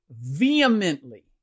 vehemently